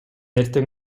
эртең